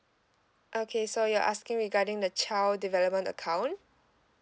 okay so you're asking regarding the child development account